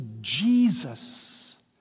Jesus